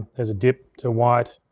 there's a dip to white,